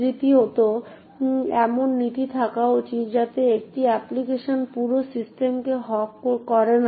তৃতীয়ত এমন নীতি থাকা উচিত যাতে একটি অ্যাপ্লিকেশন পুরো সিস্টেমকে হগ করে না